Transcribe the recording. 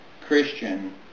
Christian